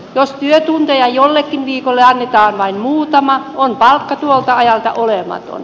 jos työtunteja jollekin viikolle annetaan vain muutama on palkka tuolta ajalta olematon